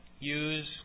use